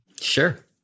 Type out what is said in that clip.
Sure